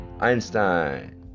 Einstein